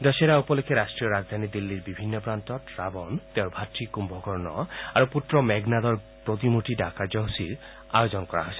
দশহেৰা উপলক্ষে ৰাষ্ট্ৰীয় ৰাজধানী দিল্লীৰ বিভিন্ন প্ৰান্তত ৰাৱণ তেওঁৰ ভাতৃ কুম্ভকৰ্ণ আৰু পুত্ৰ মোঘনাদৰ প্ৰতিমূৰ্তি দাহ কাৰ্যসূচীৰ আয়োজন কৰা হৈছে